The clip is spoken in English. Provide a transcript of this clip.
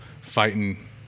fighting